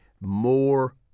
more